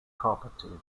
properties